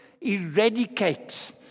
eradicate